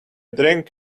drink